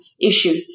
issue